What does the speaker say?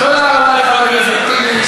תודה רבה לחבר הכנסת טיבי,